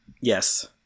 Yes